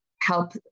help